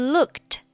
Looked